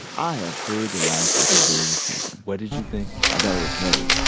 i have heard the last episode of the season what did you think? i thought it was heavy.